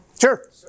Sure